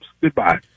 Goodbye